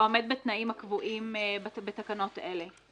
העומד בתנאים הקבועים בתקנות אלה.